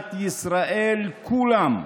מדינת ישראל כולם.